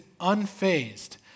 unfazed